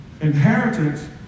Inheritance